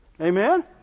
Amen